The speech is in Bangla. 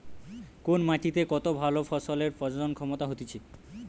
কোন মাটিতে কত ভালো ফসলের প্রজনন ক্ষমতা হতিছে